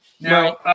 Now